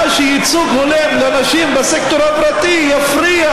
שייצוג הולם לנשים בסקטור הפרטי יפריע